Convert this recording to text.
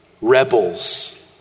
Rebels